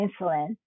insulin